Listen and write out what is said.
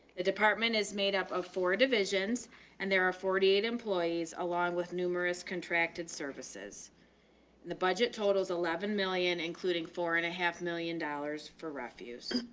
the department is made up of four divisions and there are forty eight employees along with numerous contracted services and the budget totals eleven million including four and a half million dollars for refuse.